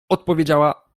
odpowiedziała